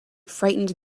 frightened